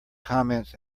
comments